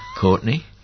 Courtney